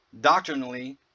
doctrinally